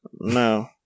No